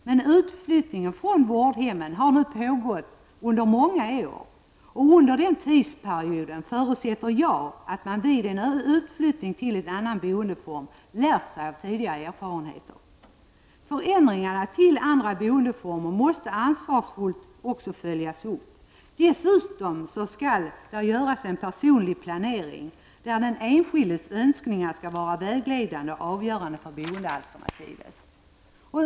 Men utflyttningen från vårdhemmen har nu pågått under många år. Jag förutsätter att man under den tidsperioden lärt sig av tidigare erfarenheter av utflyttning till en annan boendeform. Förändringar till andra boendeformer måste också följas upp ansvarsfullt. Dessutom skall det göras en personlig planering där den enskildes önskningar skall vara vägledande och avgörande för boendealternativet.